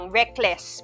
reckless